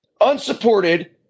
unsupported